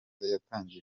yatangiye